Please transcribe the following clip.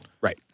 Right